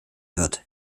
wird